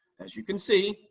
as you can see,